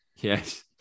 yes